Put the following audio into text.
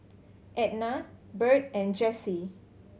Etna Byrd and Jessee